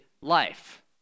life